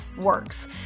works